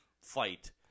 fight